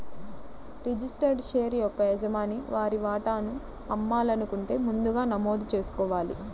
registered share యొక్క యజమాని వారి వాటాను అమ్మాలనుకుంటే ముందుగా నమోదు చేసుకోవాలి